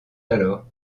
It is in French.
alors